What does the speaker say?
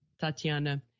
Tatiana